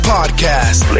Podcast